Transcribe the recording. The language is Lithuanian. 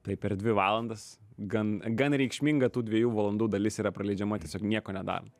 tai per dvi valandas gan gan reikšminga tų dviejų valandų dalis yra praleidžiama tiesiog nieko nedarant